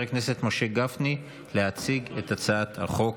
הכנסת משה גפני להציג את הצעת החוק.